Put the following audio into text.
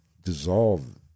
dissolve